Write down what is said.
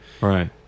Right